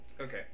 Okay